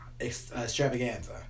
extravaganza